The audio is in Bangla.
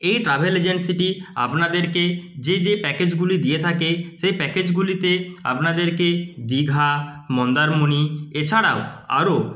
এই ট্রাভেল এজেন্সিটি আপনাদেরকে যে যে প্যাকেজগুলি দিয়ে থাকে সেই প্যাকেজগুলিতে আপনাদেরকে দিঘা মন্দারমণি এছাড়াও আরও